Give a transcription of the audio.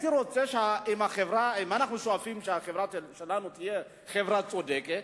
אם אנחנו שואפים שהחברה שלנו תהיה חברה צודקת,